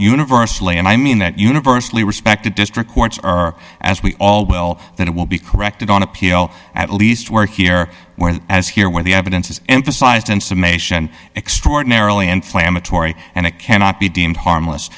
universally and i mean that universally respected district courts or as we all will then it will be corrected on appeal at least work here where as here where the evidence is emphasized in summation extraordinarily inflammatory and it cannot be deemed harmless